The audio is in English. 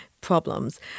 problems